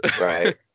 Right